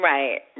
Right